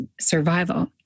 survival